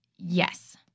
Yes